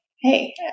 hey